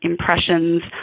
Impressions